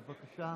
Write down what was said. בבקשה,